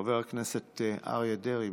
חבר הכנסת אריה דרעי.